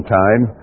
time